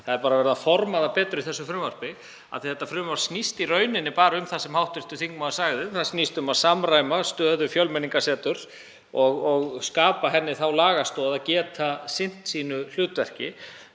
þá er verið að forma það betur í þessu frumvarpi. Þetta frumvarp snýst í rauninni bara um það sem hv. þingmaður sagði, að samræma stöðu Fjölmenningarseturs og skapa því þá lagastoð að geta sinnt sínu hlutverki.